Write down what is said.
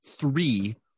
three